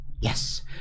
Yes